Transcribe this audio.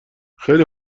خیلی